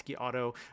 auto